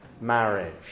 marriage